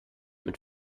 mit